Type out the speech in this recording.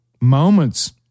moments